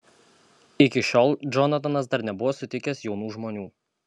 iki šiol džonatanas dar nebuvo sutikęs jaunų žmonių